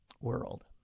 world